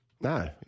No